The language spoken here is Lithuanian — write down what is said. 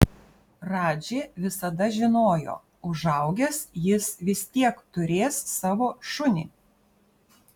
radži visada žinojo užaugęs jis vis tiek turės savo šunį